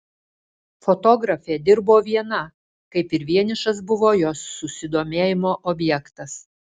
fotografė dirbo viena kaip ir vienišas buvo jos susidomėjimo objektas